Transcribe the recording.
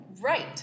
Right